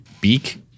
beak